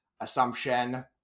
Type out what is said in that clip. assumption